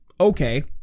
Okay